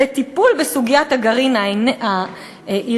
לטיפול בסוגיית הגרעין האיראני.